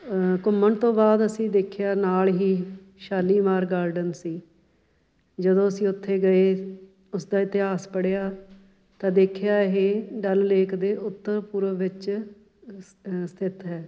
ਘੁੰਮਣ ਤੋਂ ਬਾਅਦ ਅਸੀਂ ਦੇਖਿਆ ਨਾਲ ਹੀ ਸ਼ਾਲੀਮਾਰ ਗਾਰਡਨ ਸੀ ਜਦੋਂ ਅਸੀਂ ਉੱਥੇ ਗਏ ਉਸ ਦਾ ਇਤਿਹਾਸ ਪੜ੍ਹਿਆ ਤਾਂ ਦੇਖਿਆ ਇਹ ਡੱਲ ਲੇਕ ਦੇ ਉੱਤਰ ਪੂਰਬ ਵਿੱਚ ਅ ਸ ਸਥਿਤ ਹੈ